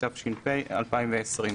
התש"ף 2020,